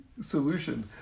solution